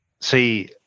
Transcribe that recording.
See